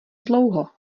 dlouho